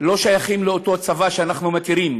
לא שייכים לאותו צבא שאנחנו מכירים.